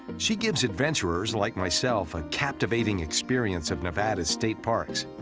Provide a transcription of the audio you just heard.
she gives adventurers like myself a captivating experience of nevada's state parks.